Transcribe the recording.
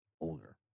older